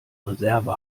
reserve